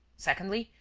secondly,